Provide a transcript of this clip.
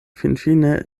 finfine